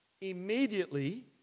Immediately